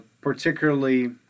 particularly